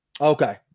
okay